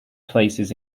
places